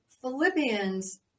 Philippians